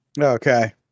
Okay